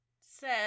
says